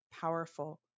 powerful